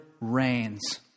reigns